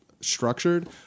structured